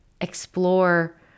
explore